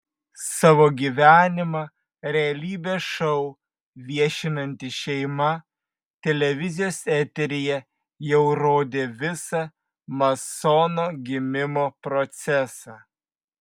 savo gyvenimą realybės šou viešinanti šeima televizijos eteryje jau rodė visą masono gimimo procesą